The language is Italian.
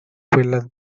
quella